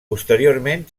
posteriorment